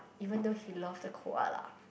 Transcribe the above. even though he love the koala